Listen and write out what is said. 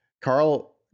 Carl